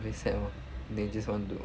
very sad orh they just want to